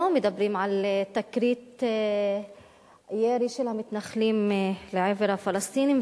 לא מדברים על תקרית ירי של המתנחלים לעבר הפלסטינים,